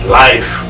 life